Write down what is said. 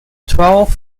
twelve